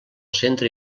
centre